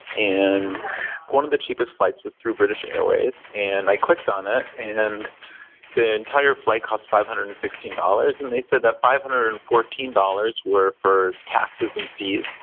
and one of the cheapest flights was through british airways. and i clicked on it, and the entire flight cost five hundred and sixteen dollars. and they said that five hundred and fourteen dollars were for taxes and fees,